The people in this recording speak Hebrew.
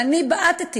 אבל אני בעטתי